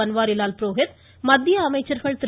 பன்வாரிலால் புரோஹித் மத்திய அமைச்சர்கள் திரு